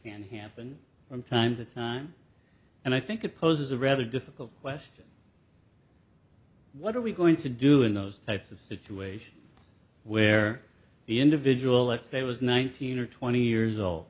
can happen from time to time and i think it poses a rather difficult question what are we going to do in those types of situations where the individual let's say was nineteen or twenty years old